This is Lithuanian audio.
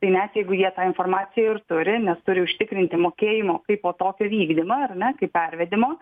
tai net jeigu jie tą informaciją ir turi nes turi užtikrinti mokėjimo kaipo tokio vykdymą ar ne kaip pervedimo